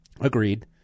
Agreed